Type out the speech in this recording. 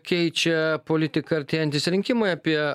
keičia politiką artėjantys rinkimai apie